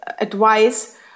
advice